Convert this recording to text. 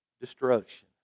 destruction